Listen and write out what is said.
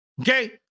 Okay